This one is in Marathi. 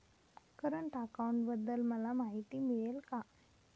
करंट अकाउंटबद्दल मला माहिती मिळेल का?